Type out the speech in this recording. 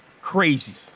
Crazy